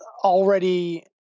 already